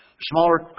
smaller